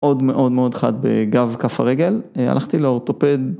מאוד מאוד חד בגב כף הרגל, הלכתי לאורטופד.